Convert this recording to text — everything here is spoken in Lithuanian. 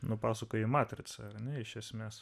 nupasakoja matrica ar ne iš esmės